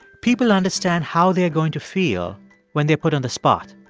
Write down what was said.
people understand how they are going to feel when they are put on the spot.